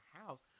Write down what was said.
house